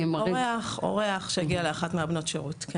אורח, אורח שהגיע לאחת מבנות השירות, כן.